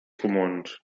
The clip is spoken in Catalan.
comuns